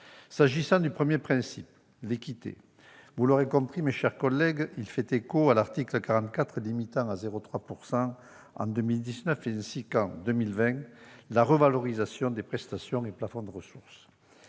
S'agissant du premier principe, l'équité, vous l'aurez compris, mes chers collègues, il fait écho à l'article 44, limitant à 0,3 % en 2019, ainsi qu'en 2020, la revalorisation des prestations et plafonds de ressources.